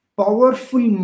powerful